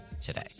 today